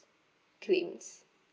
claims